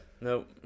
Nope